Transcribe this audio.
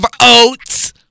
oats